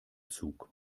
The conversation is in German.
zug